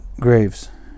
graves